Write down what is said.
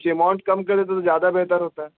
جی amount کم کریں تو زیادہ بہتر ہوتا